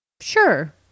Sure